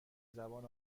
زبان